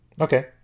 okay